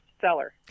seller